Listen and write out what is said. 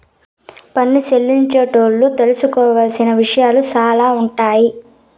పన్ను చెల్లించేటోళ్లు తెలుసుకోవలసిన విషయాలు సాలా ఉండాయి